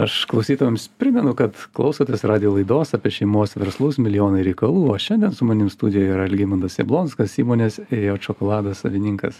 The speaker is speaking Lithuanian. aš klausytojams primenu kad klausotės radijo laidos apie šeimos verslus milijonai reikalų o šiandien su manim studijoj yra algimantas jablonskas įmonės ėjot šokoladas savininkas